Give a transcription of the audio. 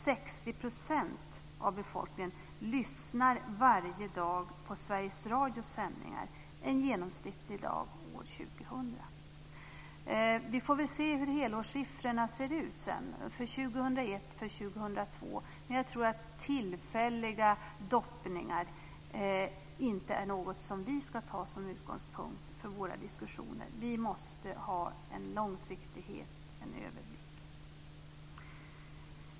60 % av befolkningen lyssnar på Sveriges Radios sändningar en genomsnittlig dag år 2000. Vi får väl se hur helårssiffrorna för 2001 och 2002 kommer att se ut, men jag tror att tillfälliga doppningar inte är något som vi ska ta som utgångspunkt för våra diskussioner. Vi måste ha en långsiktighet och en överblick.